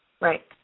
Right